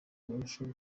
barusheho